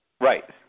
Right